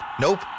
Nope